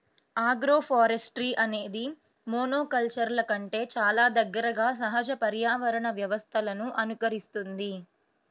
agroforestry అనేది మోనోకల్చర్ల కంటే చాలా దగ్గరగా సహజ పర్యావరణ వ్యవస్థలను అనుకరిస్తుంది